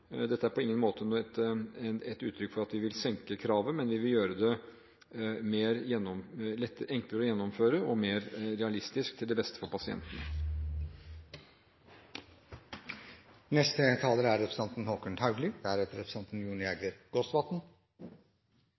Dette er på ingen måte et uttrykk for at vi vil senke kravet, men vi vil gjøre det enklere å gjennomføre og mer realistisk til det beste for pasientene.